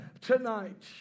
tonight